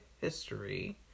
history